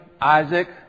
Isaac